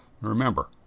Remember